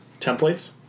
templates